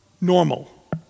normal